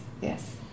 yes